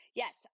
yes